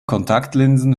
kontaktlinsen